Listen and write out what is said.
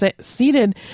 seated